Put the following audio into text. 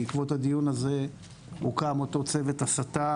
בעקבות הדיון הזה הוקם אותו צוות הסתה